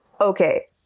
Okay